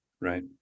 right